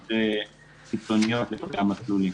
למסקנות קיצוניות לגבי המסלולים.